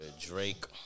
drake